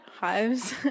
hives